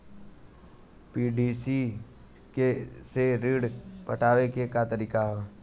PDC से ऋण पटावे के का तरीका ह?